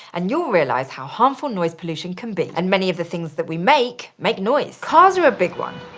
and you'll realize how harmful noise pollution can be. and many of the things that we make, make noise. cars are a big one.